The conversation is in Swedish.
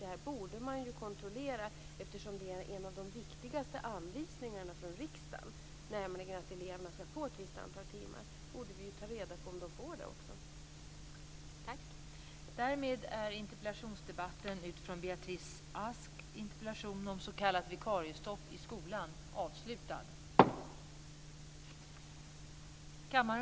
Det här borde kontrolleras, eftersom en av de viktigaste anvisningarna från riksdagen är att eleverna skall få ett visst antal timmar.